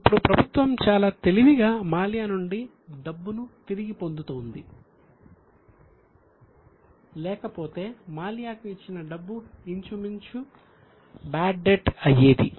ఇప్పుడు ప్రభుత్వం చాలా తెలివిగా మాల్యా నుండి డబ్బును తిరిగి పొందుతోంది లేకపోతే మాల్యాకు ఇచ్చిన డబ్బు ఇంచుమించు బాడ్ డెట్ అయ్యేది